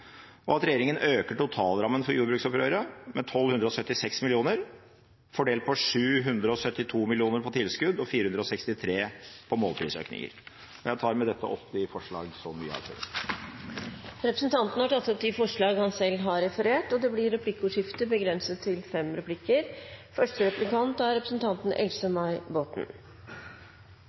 og at regjeringen øker totalrammen for jordbruksoppgjøret med 1 276 mill. kr, fordelt på 772 mill. kr i tilskudd og 463 mill. kr i målprisøkninger. Jeg tar med dette opp våre forslag. Representanten Rasmus Hansson har tatt opp de forslag han refererte til. Det blir replikkordskifte. Miljøpartiet De Grønne har gjort seg til